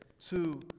Two